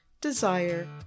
desire